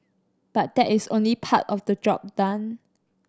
but that is only part of the job done